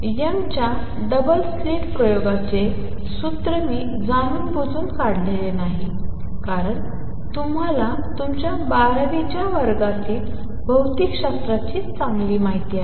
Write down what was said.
यंगच्या double slit प्रयोगाचे सूत्र मी जाणूनबुजून काढलेले नाही कारण तुम्हाला तुमच्या बाराव्या वर्गातील भौतिकशास्त्राची चांगली माहिती आहे